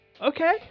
Okay